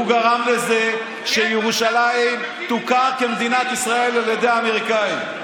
הוא גרם לזה שירושלים תוכר כבירת מדינת ישראל על ידי האמריקאים,